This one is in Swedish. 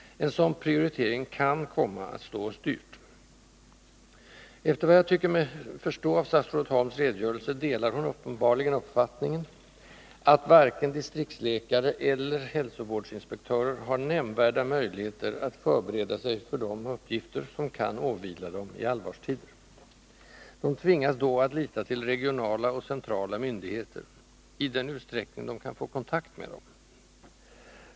En sådan prioritering kan komma att stå oss dyrt. Efter vad jag tycker mig förstå av statsrådet Holms redogörelse delar hon uppfattningen att varken distriktsläkare eller hälsovårdsinspektörer har nämnvärda möjligheter att förbereda sig för de uppgifter som kan åvila dem i allvarstider. De tvingas då att lita till regionala och centrala myndigheter — i den utsträckning de kan få kontakt med dem.